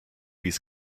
dies